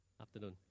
Afternoon